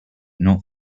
not